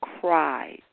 cried